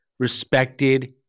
respected